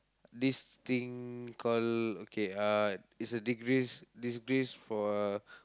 this thing call okay uh is a disgrace~ disgrace for a